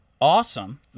awesome